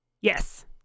Yes